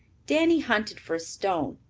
danny hunted for a stone,